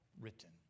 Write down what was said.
written